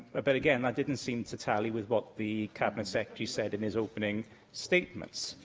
ah but, again, that didn't seem to tally with what the cabinet secretary said in his opening statements.